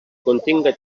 continga